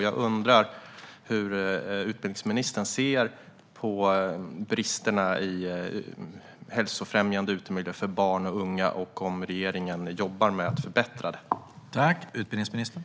Jag undrar hur utbildningsministern ser på bristerna i hälsofrämjande utemiljöer för barn och unga och om regeringen jobbar med att förbättra dem.